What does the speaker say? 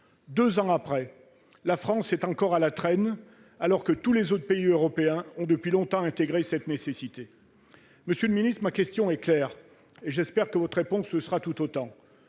Deux ans après, la France est encore à la traîne, alors que tous les autres pays européens ont depuis longtemps intégré cette nécessité. Monsieur le ministre, ma question est claire, et j'espère que votre réponse le sera tout autant